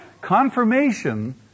confirmation